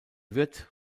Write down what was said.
wird